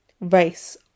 race